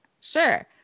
Sure